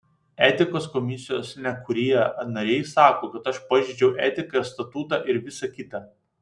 etikos komisijos nekurie nariai sako kad aš pažeidžiau etiką ir statutą ir visa kita